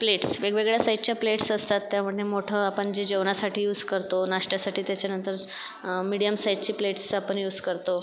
plates वेगवेगळ्या साइजच्या plates असतात त्यामधे मोठं आपण जे जेवण्यासाठी यूज करतो नाश्त्यासाठी त्याच्यानंतर मीडियम साइजची प्लेट्स आपण यूज करतो